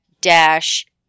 dash